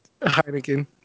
Heineken